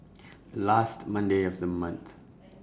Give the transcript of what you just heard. last Monday of The month